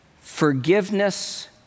Forgiveness